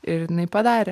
ir jinai padarė